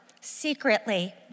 secretly